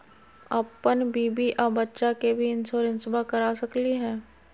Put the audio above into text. अपन बीबी आ बच्चा के भी इंसोरेंसबा करा सकली हय?